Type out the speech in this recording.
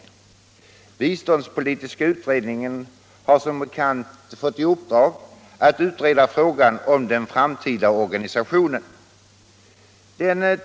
Biståndspolitiska utredningen har som bekant fått i uppdrag att utreda frågan om den framtida organisationen.